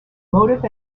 motive